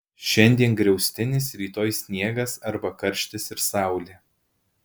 šiandien griaustinis rytoj sniegas arba karštis ir saulė